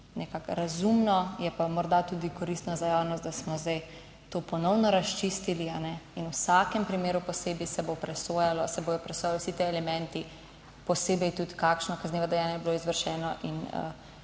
razumno, je pa morda tudi koristno za javnost, da smo zdaj to ponovno razčistili. In v vsakem primeru posebej se bo presojalo, se bodo presojali vsi ti elementi, posebej tudi kakšno kaznivo dejanje je bilo izvršeno in